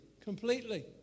Completely